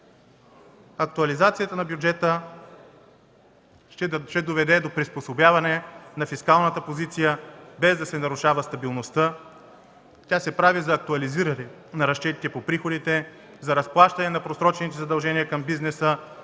Актуализацията на бюджета ще доведе до приспособяване на фискалната позиция, без да се нарушава стабилността. Тя се прави за актуализиране на разчетите по приходите, за разплащане на просрочените задължения към бизнеса,